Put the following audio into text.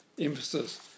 emphasis